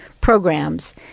programs